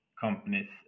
companies